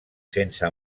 sense